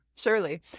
Surely